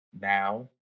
now